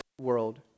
world